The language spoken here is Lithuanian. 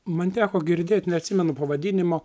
man teko girdėt neatsimenu pavadinimo